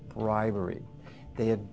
bribery they ha